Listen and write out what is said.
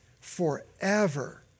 forever